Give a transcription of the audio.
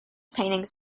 paintings